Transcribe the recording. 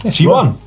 and she won.